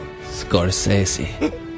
Scorsese